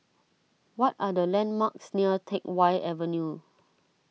what are the landmarks near Teck Whye Avenue